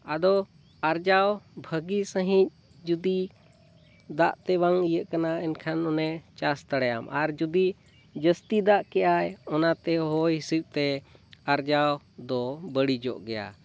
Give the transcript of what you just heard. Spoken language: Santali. ᱟᱫᱚ ᱟᱨᱡᱟᱣ ᱵᱷᱟᱹᱜᱤ ᱥᱟᱺᱦᱤᱡ ᱡᱩᱫᱤ ᱫᱟᱜᱼᱛᱮ ᱵᱟᱝ ᱤᱭᱟᱹᱜ ᱠᱟᱱᱟ ᱮᱱᱠᱷᱟᱱ ᱚᱱᱮ ᱪᱟᱥ ᱫᱟᱲᱮᱭᱟᱢ ᱟᱨ ᱡᱩᱫᱤ ᱡᱟᱹᱥᱛᱤ ᱫᱟᱜ ᱠᱮᱫᱟᱭ ᱚᱱᱟᱛᱮ ᱦᱚᱭᱼᱦᱤᱥᱤᱫ ᱛᱮ ᱟᱨᱡᱟᱣ ᱫᱚ ᱵᱟᱹᱲᱤᱡᱚᱜ ᱜᱮᱭᱟ